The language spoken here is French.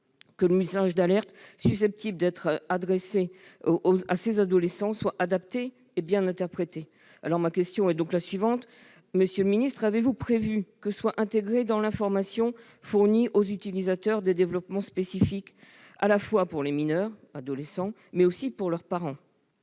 que le message d'alerte susceptible d'être adressé à ces adolescents soit adapté et bien interprété. Ma question est donc la suivante : monsieur le secrétaire d'État, avez-vous prévu que soient intégrés, dans l'information fournie aux utilisateurs, des développements spécifiques, à la fois pour les mineurs adolescents et pour leurs parents ?